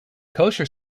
kosher